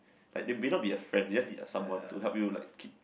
like they may not be a friend just be a someone to help you like keep